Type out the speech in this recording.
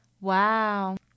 Wow